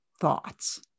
thoughts